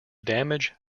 damage